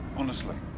honestly.